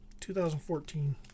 2014